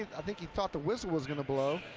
i think he thought the whistle was going to blow.